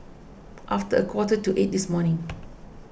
after a quarter to eight this morning